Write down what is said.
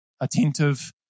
attentive